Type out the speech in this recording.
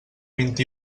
vint